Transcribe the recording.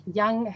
young